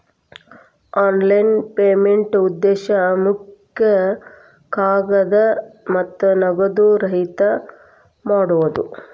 online ಪೇಮೆಂಟ್ನಾ ಉದ್ದೇಶ ಮುಖ ಕಾಗದ ಮತ್ತ ನಗದು ರಹಿತ ಮಾಡೋದ್